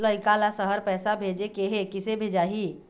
लइका ला शहर पैसा भेजें के हे, किसे भेजाही